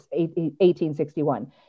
1861